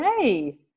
Yay